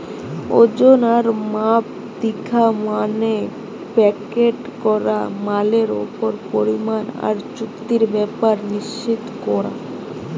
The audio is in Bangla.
ওজন আর মাপ দিখা মানে প্যাকেট করা মালের ওজন, পরিমাণ আর চুক্তির ব্যাপার নিশ্চিত কোরা